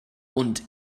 und